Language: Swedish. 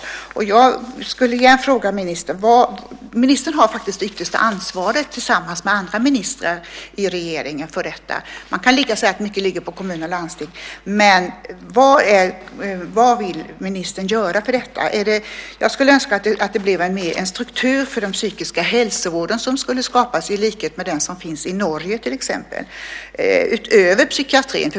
Jag skulle igen vilja ställa en fråga till ministern. Ministern har faktiskt det yttersta ansvaret för detta tillsammans med andra ministrar i regeringen. Man kan säga att mycket ligger på kommuner och landsting men vad vill ministern göra åt detta? Jag skulle önska att en struktur för den psykiska hälsovården skulle skapas i likhet med den som finns i Norge till exempel. Denna skulle finnas utöver psykiatrin.